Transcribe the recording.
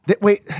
Wait